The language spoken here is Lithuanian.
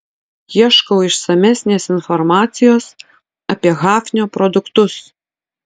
ieškau išsamesnės informacijos apie hafnio produktus